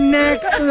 next